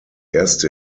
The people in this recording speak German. erste